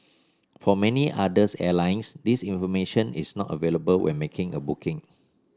for many others airlines this information is not available when making a booking